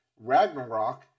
Ragnarok